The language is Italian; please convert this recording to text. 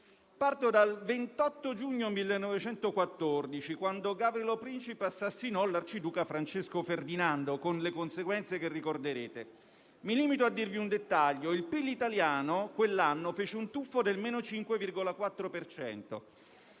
Parto dal 28 giugno 1914, quando Gavrilo Princip assassinò l'arciduca Francesco Ferdinando, con le conseguenze che ricorderete. Mi limito a dirvi un dettaglio: il PIL italiano quell'anno fece un tuffo del meno 5,4